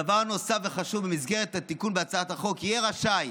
דבר נוסף וחשוב, במסגרת תיקון הצעת החוק יהיה רשאי